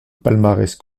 palmarès